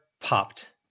popped